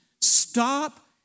Stop